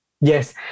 Yes